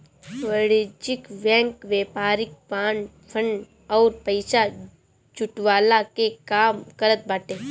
वाणिज्यिक बैंक व्यापारिक bond, fund अउरी पईसा जुटवला के काम करत बाटे